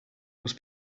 was